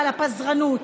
על הפזרנות,